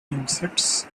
insects